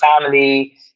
family